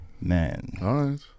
Man